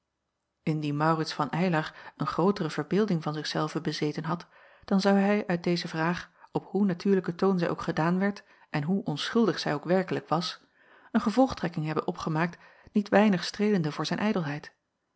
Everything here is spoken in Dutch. indien maurits van eylar een grootere verbeelding van zich zelven bezeten had dan zou hij uit deze vraag op hoe natuurlijken toon zij ook gedaan werd en hoe onschuldig zij ook werkelijk was een gevolgtrekking hebben opgemaakt niet weinig streelende voor zijn